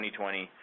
2020